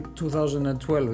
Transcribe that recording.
2012